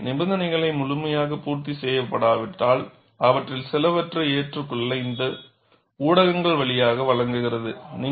எனவே நிபந்தனைகள் முழுமையாக பூர்த்தி செய்யப்படாவிட்டால் அவற்றில் சிலவற்றை ஏற்றுக்கொள்ள இது ஊடகங்கள் வழியாக வழங்குகிறது